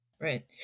Right